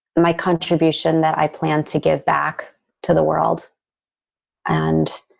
my contribution that i plan to give back to the world and